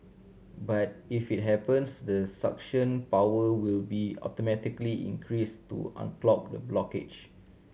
but if it happens the suction power will be automatically increased to unclog the blockage